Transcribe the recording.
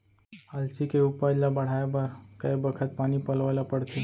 अलसी के उपज ला बढ़ए बर कय बखत पानी पलोय ल पड़थे?